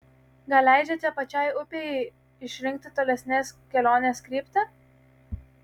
gal leidžiate pačiai upei išrinkti tolesnės kelionės kryptį